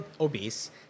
obese